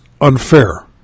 unfair